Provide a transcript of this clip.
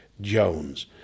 Jones